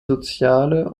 soziale